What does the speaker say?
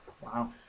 Wow